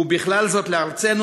ובכלל זאת בארצנו,